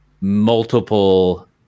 multiple